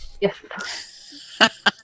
Yes